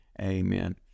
Amen